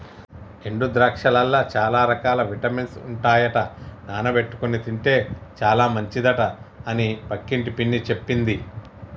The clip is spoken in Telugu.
ఎండు ద్రాక్షలల్ల చాల రకాల విటమిన్స్ ఉంటాయట నానబెట్టుకొని తింటే చాల మంచిదట అని పక్కింటి పిన్ని చెప్పింది